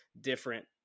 different